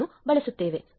1 ದನ್ನು ಬಳಸುತ್ತೇವೆ